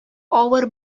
авыр